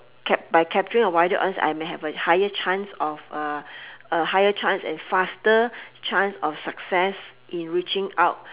cap~ by capturing a wider audience I may have a higher chance of a a higher chance and faster chance of success in reaching out